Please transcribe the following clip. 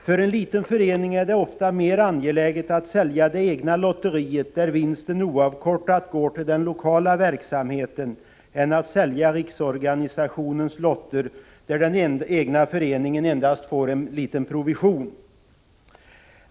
För en liten förening är det ofta mer angeläget att sälja lotterna i det egna lotteriet, där vinsten oavkortad går till den lokala verksamheten, än att sälja riksorganisationens lotter, där den egna föreningen endast får en liten provision.